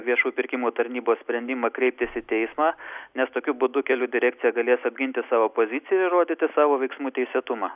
viešųjų pirkimų tarnybos sprendimą kreiptis į teismą nes tokiu būdu kelių direkcija galės apginti savo poziciją įrodyti savo veiksmų teisėtumą